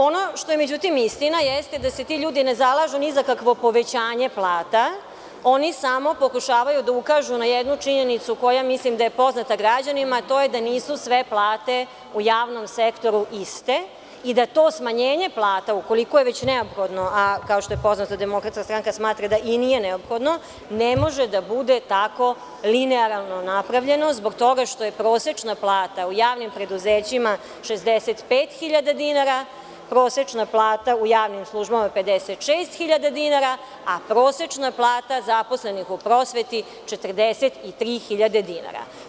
Ono što je međutim istina, jeste da se ti ljudi ne zalažu ni za kakvo povećanje plata, oni samo pokušavaju da ukažu na jednu činjenicu koja je poznata građanima, a to je da nisu sve plate u javnom sektoru iste i da to smanjenje plata ukoliko je već neophodno, kao što je poznato Demokratska stranka smatra da i nije neophodno, ne može da bude tako linearno napravljeno, zbog toga što je prosečna plata u javnim preduzećima 65.000 dinara, prosečna plata u javnim službama 56.000 dinara, a prosečna plata zaposlenog u prosveti 43.000 dinara.